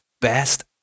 best